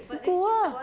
we go ah